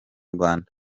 rwanda